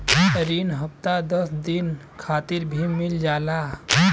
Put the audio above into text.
रिन हफ्ता दस दिन खातिर भी मिल जाला